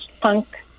punk